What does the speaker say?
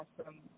awesome